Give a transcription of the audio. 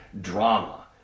drama